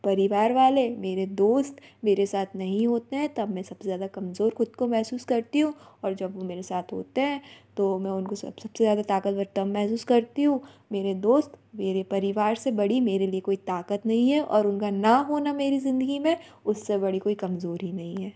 परिवार वाले मेरे दोस्त मेरे साथ नहीं होते हैं तब मैं सब से ज़्यादा कमज़ोर ख़ुद को महसूस करती हूँ और जब वो मेरे साथ होते हैं तो मैं उनको सब से सब से ज़्यादा ताक़तवर तब महसूस करती हूँ मेरे दोस्त मेरे परिवार से बड़ी मेरे लिए कोई ताक़त नहीं है और उनका ना होना मेरी ज़िंदगी में उस से बड़ी कोई कमज़ोरी नहीं है